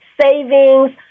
savings